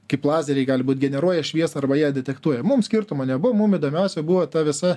kaip lazeriai gali būt generuoja šviesą arba ją detektuoja mums skirtumo nebuvo mum įdomiausia buvo ta visa